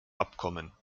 abkommen